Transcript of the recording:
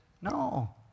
No